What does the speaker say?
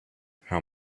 how